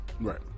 Right